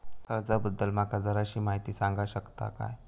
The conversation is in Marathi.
कर्जा बद्दल माका जराशी माहिती सांगा शकता काय?